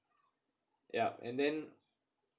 yup and then